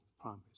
promise